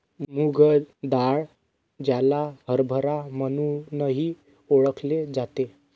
मूग डाळ, ज्याला हरभरा म्हणूनही ओळखले जाते